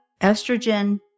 Estrogen